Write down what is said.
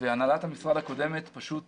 והנהלת המשרד הקודמת פסלה